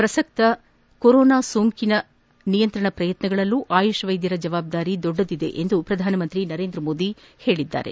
ಪ್ರಸ್ತುತ ಕೊರೊನಾ ಸೋಂಕು ನಿಯಂತ್ರಣ ಪ್ರಯತ್ನಗಳಲ್ಲೂ ಆಯುಷ್ ವೈದ್ಯರ ಜವಾಬ್ದಾರಿ ದುಪ್ಪಟ್ಟಾಗಲಿದೆ ಎಂದು ಪ್ರಧಾನಮಂತ್ರಿ ಸರೇಂದ್ರಮೋದಿ ಹೇಳಿದ್ದಾರೆ